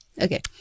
Okay